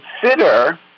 consider